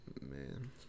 Man